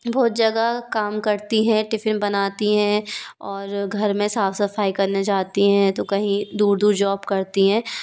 बहुत जगह काम करती है टिफिन बनाती है और घर में साफ सफाई करने जाती हैं तो कहीं दूर दूर जॉब करती हैं